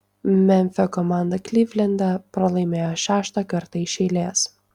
memfio komanda klivlende pralaimėjo šeštą kartą iš eilės